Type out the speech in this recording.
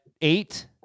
eight